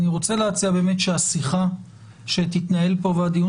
אני רוצה להציע שהשיחה שתתנהל פה והדיון